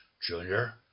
Junior